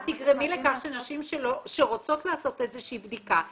את תגרמי לכך שנשים שרוצות לעשות איזושהי בדיקה,